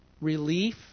Relief